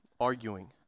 arguing